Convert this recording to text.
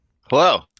hello